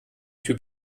typ